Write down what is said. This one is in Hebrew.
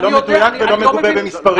זה לא מדויק ולא מגובה במספרים.